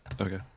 okay